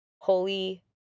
holy